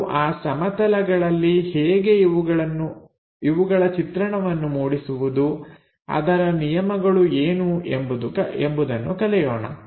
ನಾವು ಆ ಸಮತಲಗಳಲ್ಲಿ ಹೇಗೆ ಇವುಗಳ ಚಿತ್ರಣವನ್ನುಮೂಡಿಸುವುದು ಅದರ ನಿಯಮಗಳು ಏನು ಎಂಬುದು ಕಲಿಯೋಣ